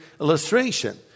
illustration